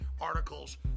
articles